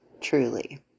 Truly